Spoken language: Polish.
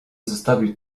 zostawił